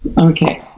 Okay